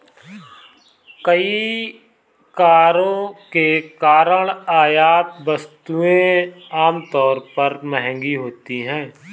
कई करों के कारण आयात वस्तुएं आमतौर पर महंगी होती हैं